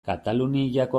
kataluniako